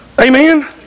Amen